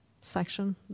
section